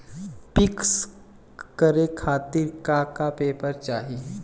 पिक्कस करे खातिर का का पेपर चाही?